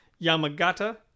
Yamagata